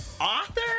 author